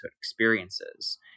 experiences